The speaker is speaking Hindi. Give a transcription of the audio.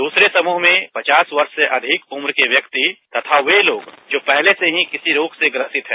दूसरे समूह में पचास वर्ष से अधिक उम्र के व्यक्ति तथा वे लोग जो पहले से ही किसी रोग से ग्रसित हैं